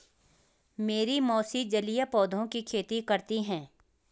मेरी मौसी जलीय पौधों की खेती कर रही हैं